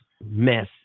mess